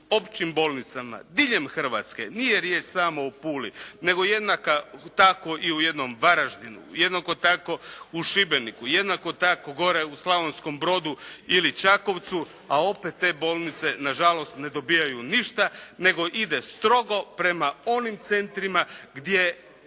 općim bolnicama diljem Hrvatske, nije riječ samo o Puli, nego jednako tako i u jednom Varaždinu, jednako tako u Šibeniku, jednako tako gore u Slavonskom Brodu ili Čakovcu, a opet te bolnice nažalost ne dobijaju ništa, nego ide strogo prema onim centrima gdje je